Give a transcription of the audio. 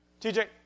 TJ